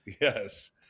Yes